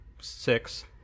six